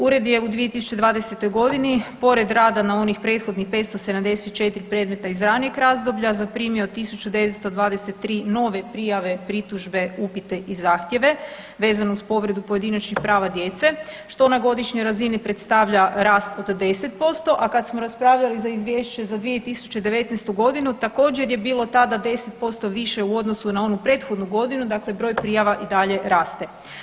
Ured je u 2020. godini pored rada na onih prethodnih 574 predmeta iz ranijeg razdoblja zaprimio tisuću 923 nove prijave, pritužbe, upite i zahtjeve vezano uz povredu pojedinačnih prava djece što na godišnjoj razini predstavlja rast od 10%, a kada smo raspravljali za Izvješće za 2019. godinu također je bilo tada 10% više u odnosu na onu prethodnu godinu, dakle broj prijava i dalje raste.